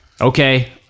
Okay